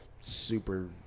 super